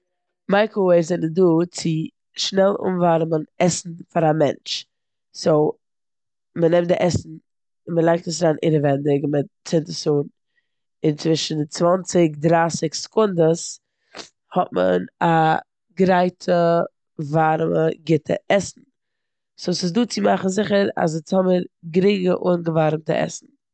מייקראוועיווס זענען דא צו שנעל אנווארעמען עסן פאר א מענטש. סאו מ'נעמט די עסן און מ'לייגט עס אריין אינעווענדיג און מ'צינדט עס אן צווישן די צוואנציג-דרייסיג סעקונדעס האט מען א גרייטע ווארעמע גוטע עסן. סאו ס'איז דא צו מאכן זיכער אז אונז האבן גרינגע אנגעווארעמטע עסן.